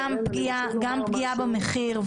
גם פגיעה במחיר,